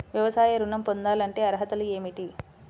వ్యవసాయ ఋణం పొందాలంటే అర్హతలు ఏమిటి?